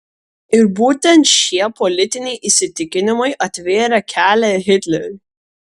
ir būtent šie politiniai įsitikinimai atvėrė kelią hitleriui